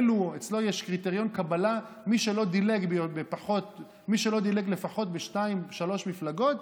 אצלו יש קריטריון קבלה: מי שלא דילג לפחות בין שתיים-שלוש מפלגות,